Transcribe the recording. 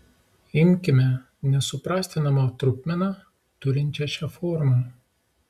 imkime nesuprastinamą trupmeną turinčią šią formą